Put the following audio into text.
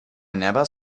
never